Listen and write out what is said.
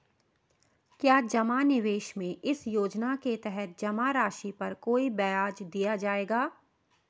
क्या जमा निवेश में इस योजना के तहत जमा राशि पर कोई ब्याज दिया जाएगा?